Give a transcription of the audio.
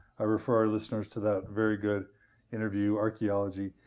i refer our listeners to that very good interview archaeology.